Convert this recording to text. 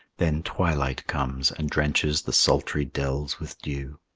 then twilight comes and drenches the sultry dells with dew.